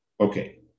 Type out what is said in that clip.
Okay